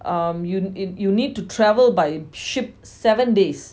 um you you you'd need to travel by ship seven days